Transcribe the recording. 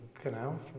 canal